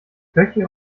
köche